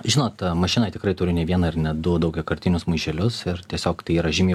žinot mašinoj tikrai turiu ne vieną ir ne du daugiakartinius maišelius ir tiesiog tai yra žymiai